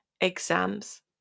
exams